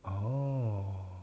oh